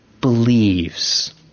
believes